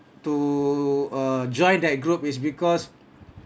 to uh join that group is because